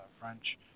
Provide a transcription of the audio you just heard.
French